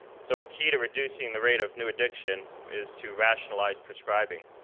so a key to reducing the rate of new addiction is to rationalize prescribing.